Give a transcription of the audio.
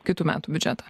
kitų metų biudžetą